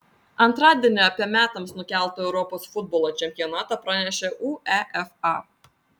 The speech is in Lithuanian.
antradienį apie metams nukeltą europos futbolo čempionatą pranešė uefa